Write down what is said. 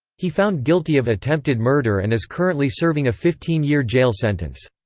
he found guilty of attempted murder and is currently serving a fifteen year jail sentence.